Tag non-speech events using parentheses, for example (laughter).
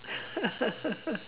(laughs)